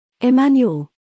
Emmanuel